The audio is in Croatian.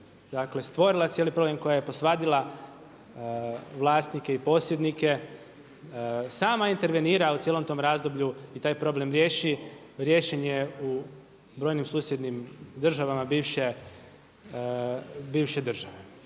dakle stvorila cijeli problem, koja je posvadila vlasnike i posjednike sama intervenira u cijelom tom razdoblju i taj problem riješen je u brojnim susjednim državama bivše države.